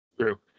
True